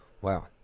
Wow